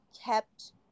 kept